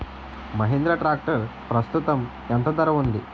Mahindra tractor ప్రస్తుతం ఎంత ధర ఉంది?